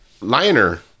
liner